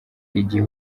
igihe